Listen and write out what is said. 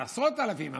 עשרות האלפים,